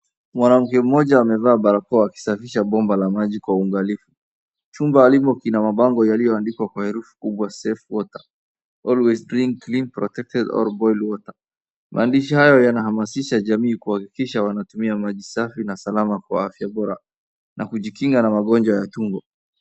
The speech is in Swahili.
Mwanamke moja amevaa barakoa akishafisha bomba la maji kwa uangalifu chumba alipo kina mapango yalioandikwa kwa herufi kubwa safe water always drink protected boiled water maandishi haya yanahamishisha jamii kuhakikisha wanatumia maji safi na slama kwa afya bora na kujikinga na magonwa ya tumbo.